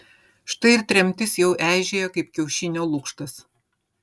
štai ir tremtis jau eižėja kaip kiaušinio lukštas